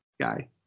guy